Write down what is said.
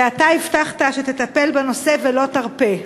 ואתה הבטחת שתטפל בנושא ולא תרפה.